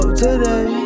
today